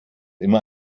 immer